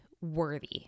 worthy